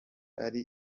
ari